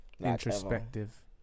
introspective